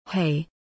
Hey